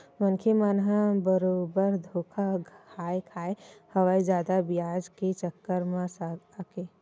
मनखे मन ह बरोबर धोखा खाय खाय हवय जादा बियाज के चक्कर म आके